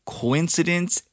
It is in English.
coincidence